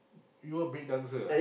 you are breakdancer ah